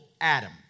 Adam